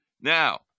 Now